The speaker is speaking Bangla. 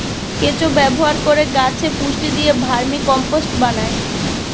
কেঁচো ব্যবহার করে গাছে পুষ্টি দিয়ে ভার্মিকম্পোস্ট বানায়